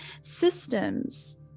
systems